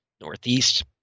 northeast